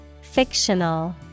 Fictional